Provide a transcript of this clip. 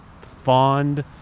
fond